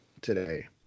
today